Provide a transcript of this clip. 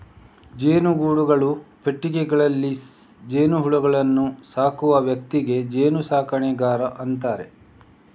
ಜೇನುಗೂಡುಗಳು, ಪೆಟ್ಟಿಗೆಗಳಲ್ಲಿ ಜೇನುಹುಳುಗಳನ್ನ ಸಾಕುವ ವ್ಯಕ್ತಿಗೆ ಜೇನು ಸಾಕಣೆಗಾರ ಅಂತಾರೆ